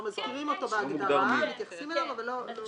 מתייחסים אליו בהגדרה אבל לא מטילים עליו חובה.